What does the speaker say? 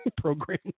program